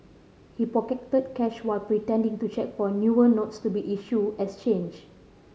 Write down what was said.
he pocketed cash while pretending to check for newer notes to be issued as change